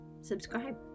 subscribe